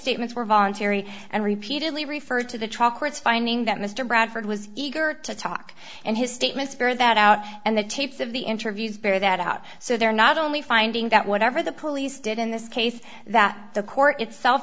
statements were voluntary and repeatedly referred to the trial courts finding that mr bradford was eager to talk and his statements bear that out and the tapes of the interviews bear that out so they're not only finding that whatever the police did in this case that the court itself